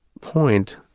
point